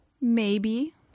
Maybe